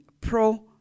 pro